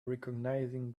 recognizing